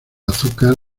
azúcar